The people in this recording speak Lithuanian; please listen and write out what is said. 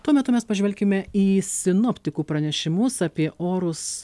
tuo metu mes pažvelkime į sinoptikų pranešimus apie orus